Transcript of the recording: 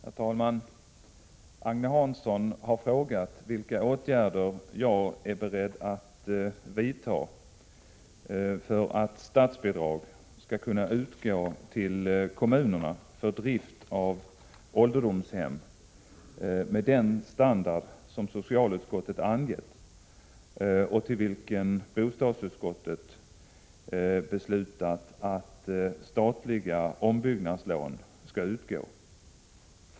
Herr talman! Agne Hansson har frågat vilka åtgärder jag är beredd att vidta för att statsbidrag skall kunna utgå till kommunerna för drift av ålderdomshem med den standard som socialutskottet angett och till vilka bostadsutskottet beslutat att statliga ombyggnadslån skall utgå.